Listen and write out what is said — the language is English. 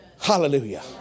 Hallelujah